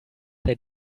they